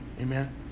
amen